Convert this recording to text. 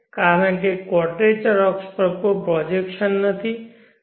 કારણ કે ક્વોડરેચર અક્ષ પર કોઈ પ્રોજેક્શન નથી